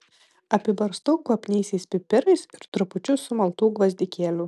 apibarstau kvapniaisiais pipirais ir trupučiu sumaltų gvazdikėlių